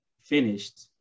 finished